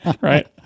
right